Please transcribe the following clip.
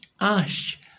ash